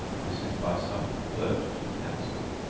this is by some preferred to the catsup.